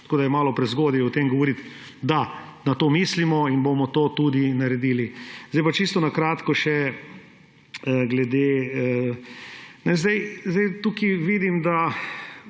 Tako da je malo prezgodaj o tem govoriti. Da, na to mislimo in bomo to tudi naredili. Zdaj pa čisto na kratko, zdaj tukaj vidim, da